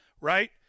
right